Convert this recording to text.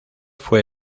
fue